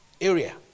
area